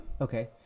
Okay